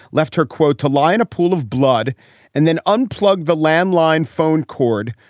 left her, quote, to lie in a pool of blood and then unplug the landline phone cord,